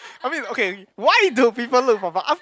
I mean okay why do people look for part